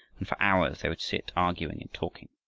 and for hours they would sit arguing and talking.